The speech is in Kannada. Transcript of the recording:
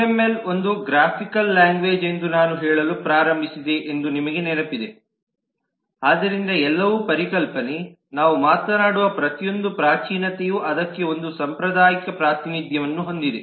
ಯುಎಂಎಲ್ ಒಂದು ಗ್ರಾಫಿಕಲ್ ಲ್ಯಾಂಗ್ವೇಜ್ ಎಂದು ನಾನು ಹೇಳಲು ಪ್ರಾರಂಭಿಸಿದೆ ಎಂದು ನಿಮಗೆ ನೆನಪಿದೆ ಆದ್ದರಿಂದ ಎಲ್ಲವೂ ಪರಿಕಲ್ಪನೆ ನಾವು ಮಾತನಾಡುವ ಪ್ರತಿಯೊಂದು ಪ್ರಾಚೀನತೆಯು ಅದಕ್ಕೆ ಒಂದು ಸಾಂಪ್ರದಾಯಿಕ ಪ್ರಾತಿನಿಧ್ಯವನ್ನು ಹೊಂದಿದೆ